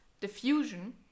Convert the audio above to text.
diffusion